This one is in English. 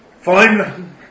Fine